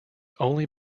only